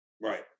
right